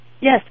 Yes